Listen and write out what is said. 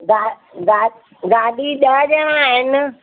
गा गा गाॾी ॾह ॼणा आहिनि